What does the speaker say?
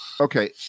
Okay